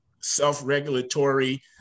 self-regulatory